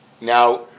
Now